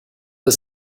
the